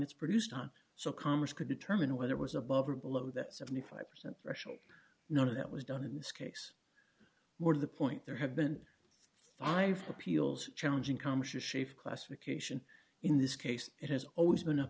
it's produced on so commerce could determine whether it was above or below that seventy five percent threshold none of that was done in this case more to the point there have been five appeals challenging conscious chief classification in this case it has always been